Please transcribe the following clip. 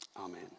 Amen